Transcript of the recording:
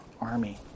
army